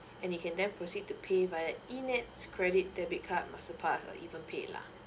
and you can then proceed to pay via enets credit debit card masterpass or even paylah